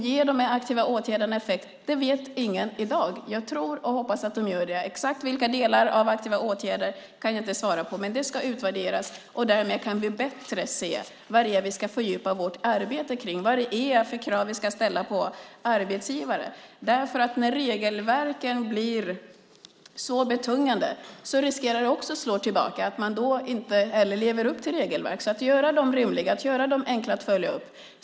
Ger de aktiva åtgärderna effekt? Det vet ingen i dag. Jag tror och hoppas att de gör det. Exakt vilka delar av aktiva åtgärder kan jag inte svara på, men det ska utvärderas. Därmed kan vi bättre se vad vi ska fördjupa vårt arbete kring. Vad är det för krav vi ska ställa på arbetsgivare? När regelverken blir betungande riskerar det också att slå tillbaka så att man inte lever upp till att göra dem enkla att följa upp.